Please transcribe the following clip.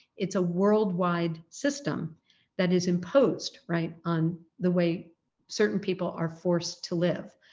it's a worldwide system that is imposed, right? on the way certain people are forced to live.